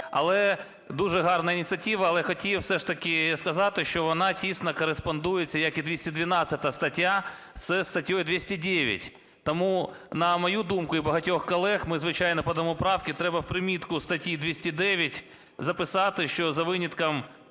Але дуже гарна ініціатива, але хотів все ж таки сказати, що вона тісно кореспондується, як і 212 стаття, зі статтею 209. Тому на мою думку і багатьох колег, ми, звичайно, подамо правки, – треба в примітку статті 209 записати, що за винятком